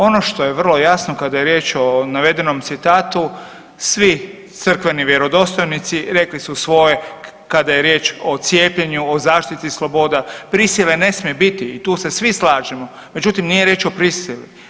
Ono što je vrlo jasno kada je riječ o navedenom citatu svi crkveni vjerodostojnici rekli su svoje kada je riječ o cijepljenju, o zaštiti sloboda, prisile ne smije biti i tu se svi slažemo, međutim nije riječ o prisili.